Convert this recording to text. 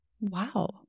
Wow